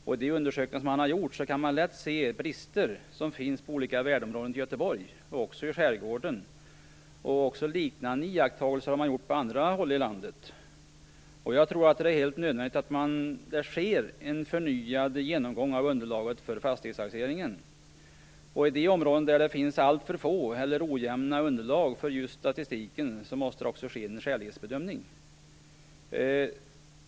I de undersökningar som han har gjort kan man lätt se brister som finns i olika värdeområden i Göteborg och i skärgården. Liknande iakttagelser har man gjort på andra håll i landet. Jag tror att det är nödvändigt att det sker en förnyad genomgång av underlaget för fastighetstaxeringen. I de områden där det finns ett alltför litet eller ojämnt underlag för statistiken måste det också ske en skälighetsbedömning.